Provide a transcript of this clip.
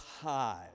High